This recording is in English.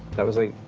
that was like,